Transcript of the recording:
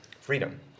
freedom